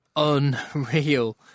Unreal